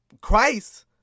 Christ